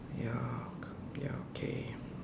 ya ya okay